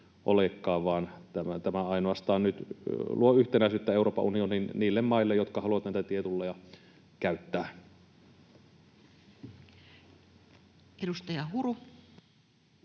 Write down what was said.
tämä ainoastaan nyt luo yhtenäisyyttä Euroopan unionin niille maille, jotka haluavat näitä tietulleja käyttää. [Speech 101]